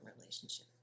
relationship